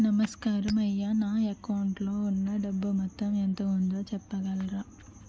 నమస్కారం అయ్యా నా అకౌంట్ లో ఉన్నా డబ్బు మొత్తం ఎంత ఉందో చెప్పగలరా?